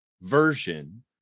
version